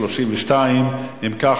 32. אם כך,